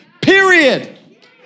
Period